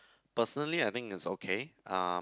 personally I think is okay